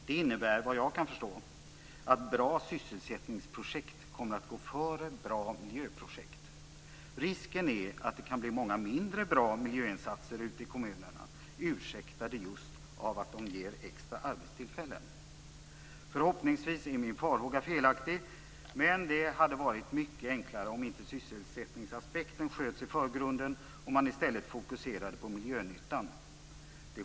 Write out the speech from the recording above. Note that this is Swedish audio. Det innebär, såvitt jag kan förstå, att bra sysselsättningsprojekt kommer att gå före bra miljöprojekt. Risken finns att det blir många mindre bra miljöinsatser ute i kommunerna, ursäktade just av att de ger extra arbetstillfällen. Förhoppningsvis är min farhåga felaktig. Det hade varit mycket enklare om sysselsättningsaspekten inte sköts i förgrunden och man i stället fokuserade på miljönyttan.